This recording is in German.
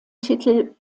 titel